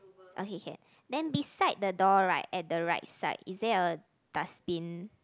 okay then beside the door right at the right side is there a dustbin